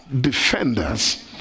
defenders